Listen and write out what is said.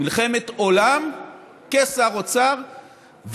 מלחמת עולם כשר אוצר,